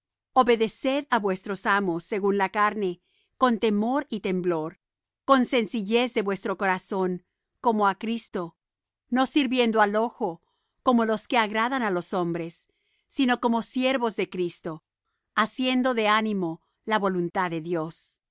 obedeced á vuestros amos según la carne con temor y temblor con sencillez de vuestro corazón como á cristo no sirviendo al ojo como los que agradan á los hombres sino como siervos de cristo haciendo de ánimo la voluntad de dios